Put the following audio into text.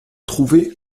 trouver